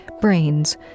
brains